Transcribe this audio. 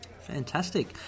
Fantastic